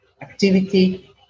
activity